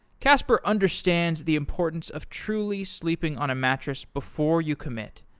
casper understands the importance of truly sleeping on a mattress before you commit,